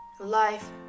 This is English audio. Life